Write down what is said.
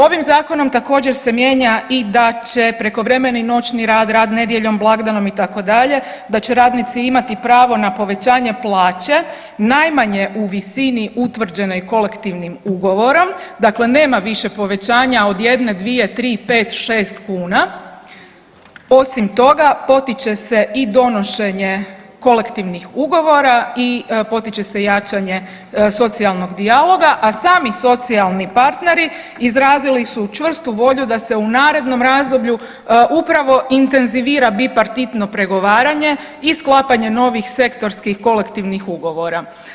Ovim zakonom također se mijenja i da će prekovremeni noćni rad, rad nedjeljom, blagdanom itd. da će radnici imati pravo na povećanje plaće najmanje u visini utvrđenoj kolektivnim ugovorom, dakle nema više povećanja od 1,2,3,5,6, kuna osim toga potiče se i donošenje kolektivnih ugovora i potiče se jačanje socijalnog dijaloga, a sami socijalni partneri izrazili su čvrstu volju da se u narednom razdoblju upravo intenzivira bipartitno pregovaranje i sklapanje novih sektorskih kolektivnih ugovora.